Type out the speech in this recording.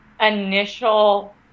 initial